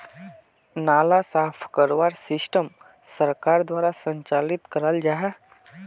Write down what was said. नाला साफ करवार सिस्टम सरकार द्वारा संचालित कराल जहा?